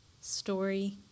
story